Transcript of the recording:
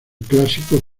clásico